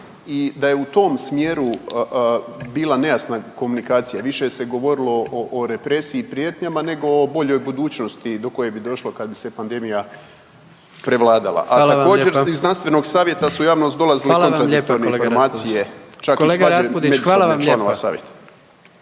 i da je u tom smjeru bila nejasna komunikacija. Više se govorilo o represiji i prijetnjama, nego o boljoj budućnosti do koje bi došlo kad bi se pandemija prevladala. A također iz znanstvenog savjeta su u javnost dolazile i kontradiktorne informacije. **Jandroković, Gordan